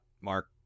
Mark